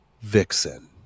Vixen